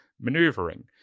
maneuvering